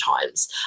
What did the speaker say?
times